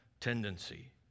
tendency